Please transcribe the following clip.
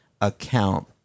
account